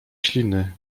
śliny